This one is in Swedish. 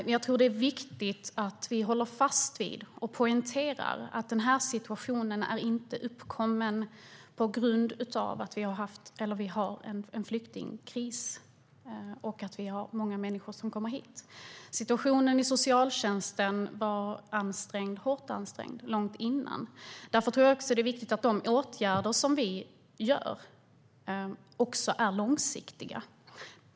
Men jag tror att det är viktigt att vi håller fast vid och poängterar att situationen inte har uppkommit på grund av att vi har en flyktingkris och att det är många människor som kommer hit. Socialtjänsten var hårt ansträngd långt tidigare. Därför tror jag att det är viktigt att de åtgärder som vi vidtar också är långsiktiga.